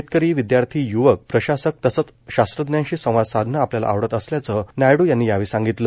शेतकरी विद्यार्थी य्वक प्रशासक तसंच शास्त्रज्ञांशी संवाद साधणं आपल्याला आवडत असल्याचं नायडू यांनी यावेळी सांगितलं